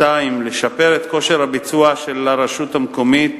2. לשפר את כושר הביצוע של הרשות המקומית,